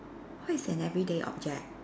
what is an everyday object